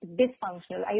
dysfunctional